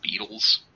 Beatles